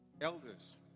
elders